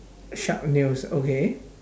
sharp nails okay